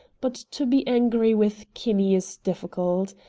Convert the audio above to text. but to be angry with kinney is difficult.